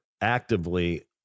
actively